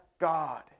God